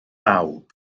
bawb